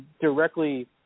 directly